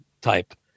type